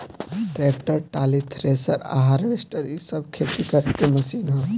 tractor, trolley, thresher आ harvester इ सब खेती करे के मशीन ह